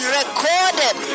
recorded